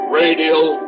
radial